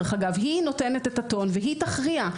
היא נותנת את הטון והיא תכריע,